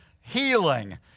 healing